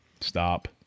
Stop